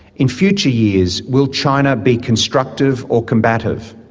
in future years, will china be constructive or combative?